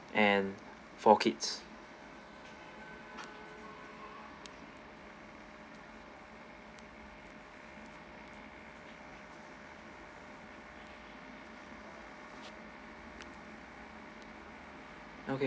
and four kids okay